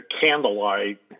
candlelight